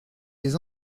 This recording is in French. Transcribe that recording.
des